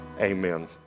amen